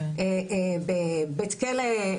בבית כלא,